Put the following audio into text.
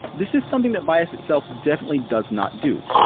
this is something that bias itself definitely does not do.